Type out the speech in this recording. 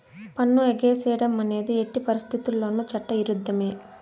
పన్ను ఎగేసేడం అనేది ఎట్టి పరిత్తితుల్లోనూ చట్ట ఇరుద్ధమే